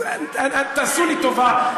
אז תעשו לי טובה,